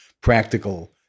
practical